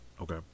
Okay